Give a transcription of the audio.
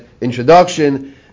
introduction